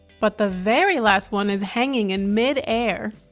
but the very last one is hanging in mid-air.